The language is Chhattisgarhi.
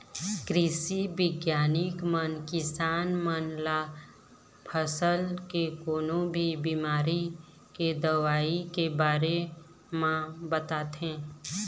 कृषि बिग्यानिक मन किसान मन ल फसल के कोनो भी बिमारी के दवई के बारे म बताथे